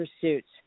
pursuits